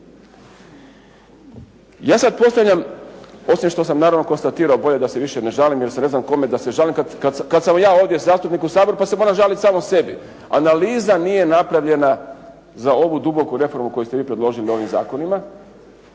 Ja sad postavljam osim što sam naravno konstatirao, bolje da se više ne žalim jer ne znam kome da se žalim kad sam ja ovdje zastupnik u Saboru pa se moram žaliti samome sebi. Analiza nije napravljena za ovu duboku reformu koju ste vi predložili ovim zakonima.